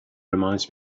reminds